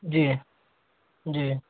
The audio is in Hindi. जी जी